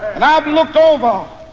and i've looked over